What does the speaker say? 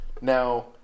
now